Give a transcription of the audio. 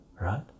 right